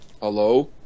Hello